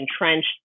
entrenched